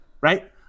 Right